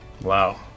Wow